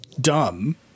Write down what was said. dumb